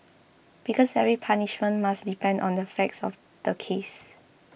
because every punishment must depend on the facts of the case